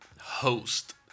host